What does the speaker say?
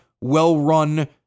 well-run